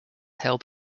held